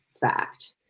fact